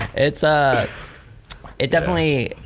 it's ah it definitely,